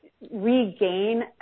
regain